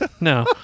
No